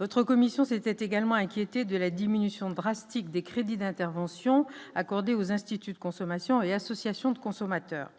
votre commission s'était également inquiété de la diminution drastique des crédits d'intervention accordée aux instituts de consommation et associations de consommateurs,